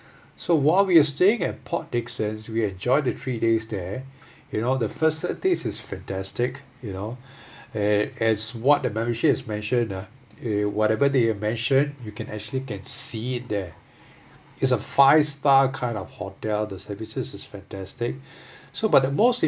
so while we are staying at port dickson we enjoy the three days there you know the facilities is fantastic you know as as what the membership is mentioned ah they whatever they have mentioned you can actually can see it there it's a five star kind of hotel the services is fantastic so but the most